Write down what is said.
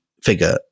Figure